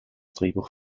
drehbuch